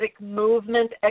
movement